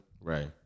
right